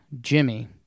Jimmy